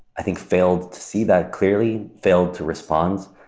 i think, failed to see that clearly, failed to respond,